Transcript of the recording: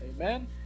amen